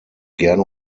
gerne